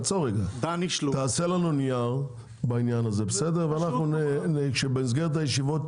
תעשה לנו נייר בעניין הזה שבמסגרת הישיבות